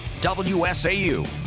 WSAU